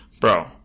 Bro